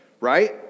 right